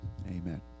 Amen